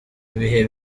bihe